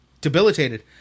debilitated